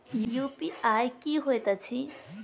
UPI की होइत अछि